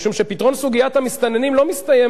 כי פתרון סוגיית המסתננים לא מסתיים